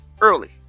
Early